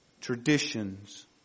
Traditions